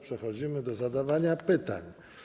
Przechodzimy do zadawania pytań.